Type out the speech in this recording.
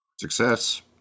Success